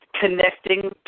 connecting